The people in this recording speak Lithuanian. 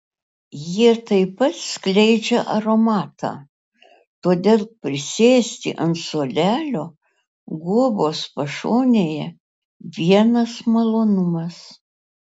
jie taip pat skleidžia aromatą todėl prisėsti ant suolelio guobos pašonėje vienas malonumas